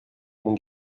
bons